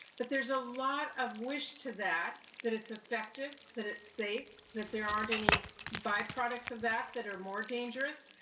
but there's a lot of wish to that, that it's effective, that it's safe, that there aren't any byproducts of that that are more dangerous.